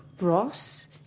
Ross